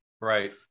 right